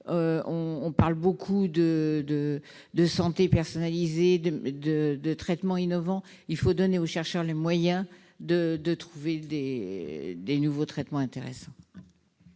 On parle beaucoup de santé personnalisée et de traitements innovants : donnons aux chercheurs les moyens de trouver de nouveaux traitements intéressants.